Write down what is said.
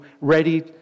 ready